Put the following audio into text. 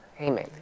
Amen